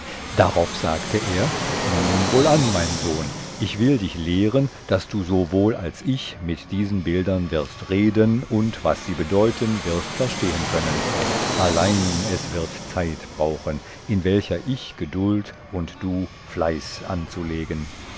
darauf sagte er nun wohlan mein sohn ich will dich lehren daß du so wohl als ich mit diesen bildern wirst reden und was sie bedeuten wirst verstehen können allein wird es zeit brauchen in welcher ich gedult und du fleiß anzulegen